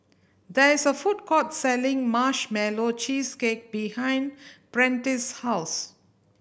there is a food court selling Marshmallow Cheesecake behind Prentice house